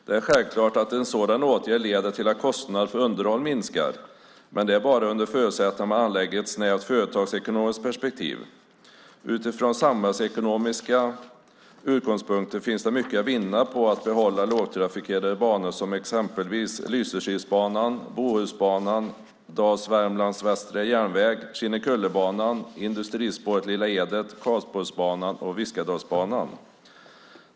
Det är självklart att en sådan åtgärd leder till att kostnader för underhåll minskar, men det är bara under förutsättning att man anlägger ett snävt företagsekonomiskt perspektiv. Utifrån samhällsekonomiska utgångspunkter finns det mycket att vinna på att behålla lågtrafikerade banor, till exempel Lysekilsbanan, Bohusbanan, Dals-Värmlands västra järnväg, Kinnekullebanan, Industrispåret Lilla Edet, Karlsborgsbanan och Viskadalsbanan.